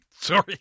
Sorry